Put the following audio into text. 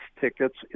tickets